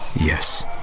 Yes